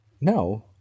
no